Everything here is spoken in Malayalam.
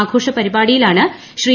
ആഘോഷ പരിപാടിയിലാണ് ശ്രീ